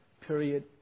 period